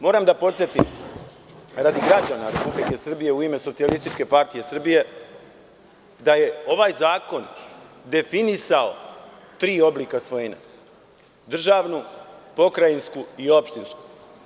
Moram da podsetim radi građana Republike Srbije, u ime SPS da je ovaj zakon definisao tri oblika svojine, državnu, pokrajinsku i opštinsku.